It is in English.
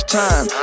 time